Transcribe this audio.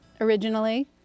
originally